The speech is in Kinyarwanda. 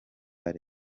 rayon